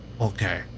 Okay